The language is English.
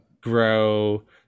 grow